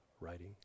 writing